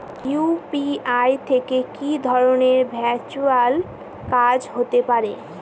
UPI থেকে কি ধরণের ভার্চুয়াল কাজ হতে পারে?